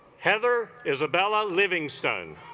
heather isabella livingstone